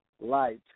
light